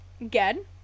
Again